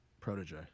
protege